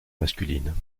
masculine